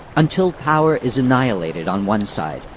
until power is annihilated on one side,